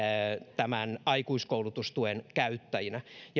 aikuiskoulutustuen käyttäjistä